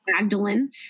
Magdalene